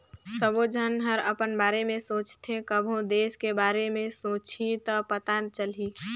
सबो झन हर अपन बारे में सोचथें कभों देस के बारे मे सोंचहि त पता चलही